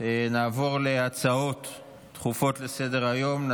נעבור להצבעה על הצעת חוק בתי קברות צבאיים (תיקון,